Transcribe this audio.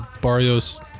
Barrios